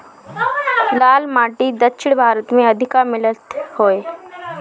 लाल माटी दक्षिण भारत में अधिका मिलत हवे